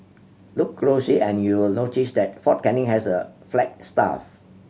look closely and you'll notice that Fort Canning has a flagstaff